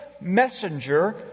messenger